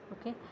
Okay